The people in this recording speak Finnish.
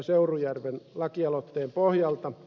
seurujärven lakialoitteen pohjalta